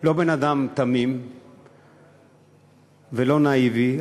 לא בן-אדם תמים ולא נאיבי,